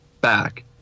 back